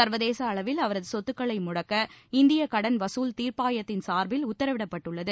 சா்வதேச அளவில் அவரது சொத்துக்களை முடக்க இந்திய கடன் வசூல் தீா்ப்பாயத்தின் சாா்பில் உத்தரவிடப்பட்டுள்ளது